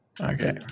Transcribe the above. Okay